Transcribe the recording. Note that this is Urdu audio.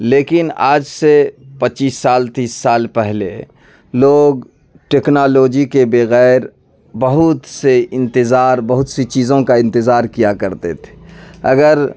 لیکن آج سے پچیس سال تیس سال پہلے لوگ ٹیکنالوجی کے بغیر بہت سے انتظار بہت سی چیزوں کا انتظار کیا کرتے تھے اگر